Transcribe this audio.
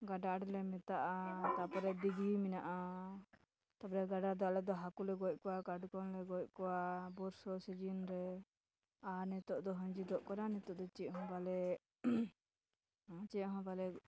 ᱜᱟᱰᱟ ᱟᱲᱮᱞᱮ ᱢᱮᱛᱟᱜᱼᱟ ᱛᱟᱯᱚᱨᱮ ᱫᱤᱜᱷᱤ ᱢᱮᱱᱟᱜᱼᱟ ᱛᱟᱯᱚᱨᱮ ᱜᱟᱰᱟ ᱨᱮᱫᱚ ᱟᱞᱮᱫᱚ ᱦᱟᱹᱠᱩᱞᱮ ᱜᱚᱡ ᱠᱚᱣᱟ ᱠᱟᱴᱠᱚᱢ ᱞᱮ ᱜᱚᱡ ᱠᱚᱣᱟ ᱵᱚᱨᱥᱟ ᱥᱤᱡᱤᱱ ᱨᱮ ᱟᱨ ᱱᱤᱛᱳᱜ ᱫᱚ ᱟᱸᱡᱮᱫᱚᱜ ᱠᱟᱱᱟ ᱱᱤᱛᱳᱜ ᱫᱚ ᱪᱮᱫ ᱦᱚᱸ ᱵᱟᱞᱮ ᱪᱮᱫ ᱦᱚᱸ ᱵᱟᱞᱮ ᱪᱮᱫ ᱦᱚᱸ ᱵᱟᱞᱮ